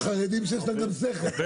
יש חרדים שיש להם גם שכל,